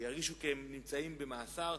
שירגישו שהם נמצאים במאסר.